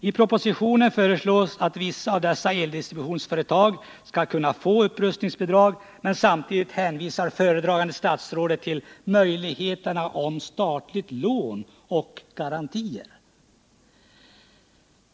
I propositionen föreslås att vissa av dessa eldistributionsföretag skall kunna få upprustningsbidrag, men samtidigt hänvisar föredragande statsrådet till möjligheterna till statliga lån och garantier.